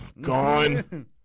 Gone